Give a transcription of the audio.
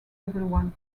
everyone